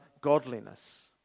godliness